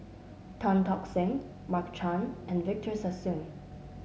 Tan Tock Seng Mark Chan and Victor Sassoon